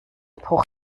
bruch